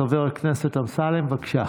חבר הכנסת אמסלם, בבקשה.